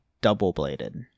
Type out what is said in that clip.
double-bladed